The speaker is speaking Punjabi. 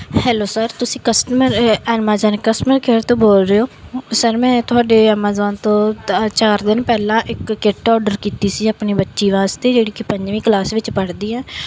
ਹੈਲੋ ਸਰ ਤੁਸੀਂ ਕਸਟਮਰ ਐਮਾਜ਼ੋਨ ਕਸਟਮਰ ਕੇਅਰ ਤੋਂ ਬੋਲ ਰਹੇ ਹੋ ਸਰ ਮੈਂ ਤੁਹਾਡੇ ਐਮਾਜ਼ੋਨ ਤੋਂ ਚਾਰ ਦਿਨ ਪਹਿਲਾਂ ਇੱਕ ਕਿੱਟ ਔਡਰ ਕੀਤੀ ਸੀ ਆਪਣੀ ਬੱਚੀ ਵਾਸਤੇ ਜਿਹੜੀ ਕਿ ਪੰਜਵੀਂ ਕਲਾਸ ਵਿੱਚ ਪੜ੍ਹਦੀ ਹੈ